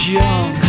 young